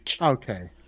Okay